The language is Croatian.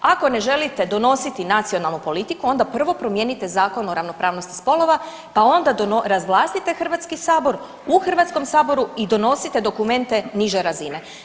Ako ne želite donositi nacionalnu politiku onda prvo promijenite Zakon o ravnopravnosti spolova, pa onda razvlastite Hrvatski sabor u Hrvatskom saboru i donosite dokumente niže razine.